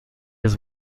his